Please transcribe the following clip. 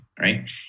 right